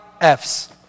F's